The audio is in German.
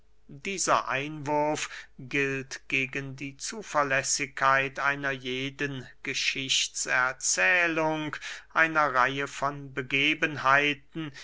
dieser einwurf gilt gegen die zuverlässigkeit einer jeden geschichtserzählung einer reihe von begebenheiten